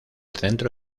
centro